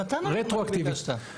רטרואקטיבית.